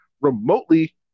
remotely